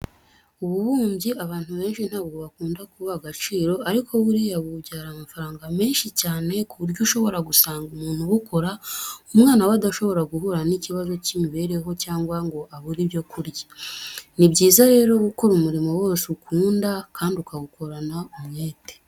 Ububumbyi abantu benshi ntabwo bakunda kubuha agaciro ariko buriya bubyara amafaranga menshi cyane ku buryo ushobora gusanga umuntu ubukora umwana we adashobora guhura n'ikibazo cy'imibereho cyangwa ngo abure ibyo kurya. Ni byiza rero gukora umurimo wose ukunda kandi ukawukorana umwete.